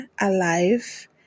alive